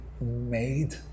made